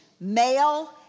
male